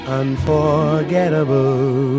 unforgettable